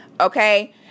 Okay